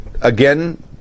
Again